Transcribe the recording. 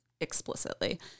explicitly